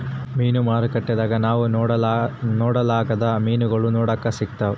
ಮೀನು ಮಾರುಕಟ್ಟೆಗ ನಾವು ನೊಡರ್ಲಾದ ಮೀನುಗಳು ನೋಡಕ ಸಿಕ್ತವಾ